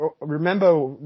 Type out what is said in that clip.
remember